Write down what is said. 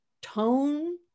tone